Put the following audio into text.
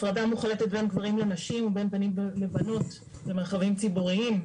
הפרדה מוחלטת בין גברים לנשים ובין בנים לבנות במרחבים ציבוריים.